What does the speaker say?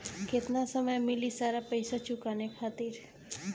केतना समय मिली सारा पेईसा चुकाने खातिर?